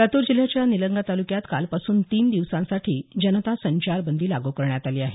लातूर जिल्ह्याच्या निलंगा तालुक्यात कालपासून तीन दिवसांसाठी जनता संचारबंदी लागू करण्यात आली आहे